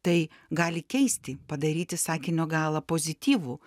tai gali keisti padaryti sakinio galą pozityvų